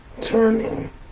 turning